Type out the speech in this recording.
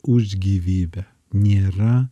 už gyvybę nėra